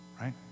right